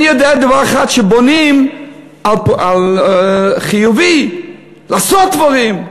אני יודע דבר אחד: שבונים על חיובי, לעשות דברים,